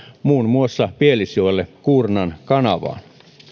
muun muassa pielisjoelle kuurnan kanavaan